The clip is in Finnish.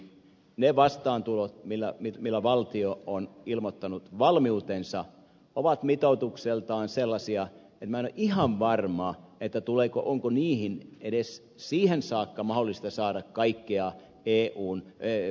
ne vastaantulot millä valtio on ilmoittanut valmiutensa ovat mitoituksiltaan sellaisia että minä en ole ihan varma onko niihin edes siihen saakka mahdollista saada kaikkea notifiointia eulta